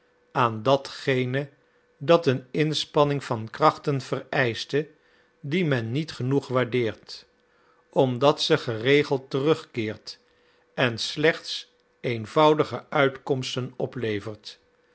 aan datgene dat een inspanning van krachten vereischte die men niet genoeg waardeert omdat ze geregeld terugkeert en slechts eenvoudige uitkomsten oplevert